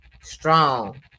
Strong